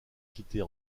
quitter